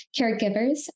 caregivers